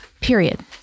period